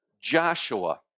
Joshua